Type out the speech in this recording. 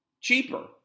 cheaper